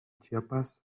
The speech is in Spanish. chiapas